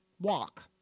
walk